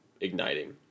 igniting